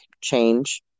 change